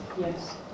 Yes